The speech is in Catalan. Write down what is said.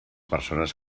persones